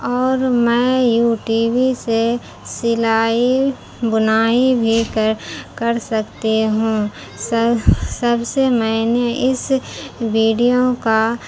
اور میں U T V سے سلائی بنائی بھی کر کر سکتی ہوں سب سب سے میں نے اس ویڈیو کا